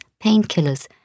painkillers